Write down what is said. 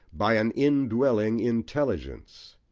by an indwelling intelligence.